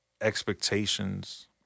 expectations